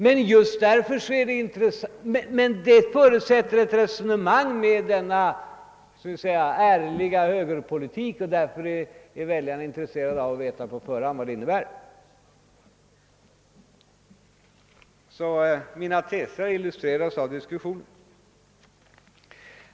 Men det förutsätter ett resonemang med och delvis på basis av, skall vi säga, en ärlig högerpolitik, och därför är väljarna intressera de av att på förhand få veta vad resultatet skulle innebära. Mina teser illustreras alltså av diskussionen.